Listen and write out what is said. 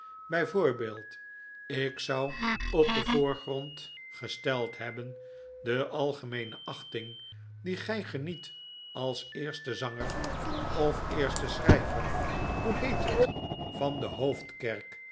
ik zou op den voorgrond gesteld hebben de algemeene achting die gy geniet als eersten zanger of eersten schryver hoe heet het van de hpofdkerk